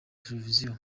televiziyo